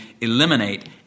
eliminate